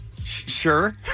Sure